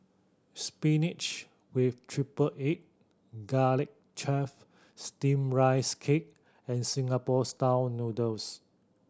spinach with triple egg Garlic Chives Steamed Rice Cake and Singapore Style Noodles